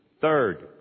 Third